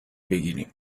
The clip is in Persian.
بگیریم